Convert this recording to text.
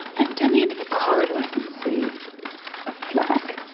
and down the end of a corridor i can see a flag,